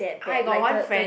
I got one friend